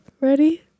ready